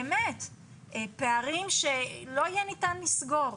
פערים שלא יהיה ניתן לסגור,